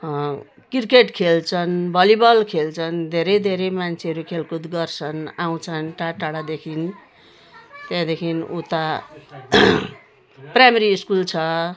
cricket खेल्छन् volleyball खेल्छन् धेरै धेरै मान्छेहरू खेलकुद गर्छन् आउँछन् टाढा टाढादेखि त्यहाँदेखि उता प्राइमेरी स्कुल छ